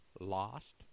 Lost